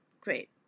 great